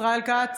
ישראל כץ,